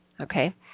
Okay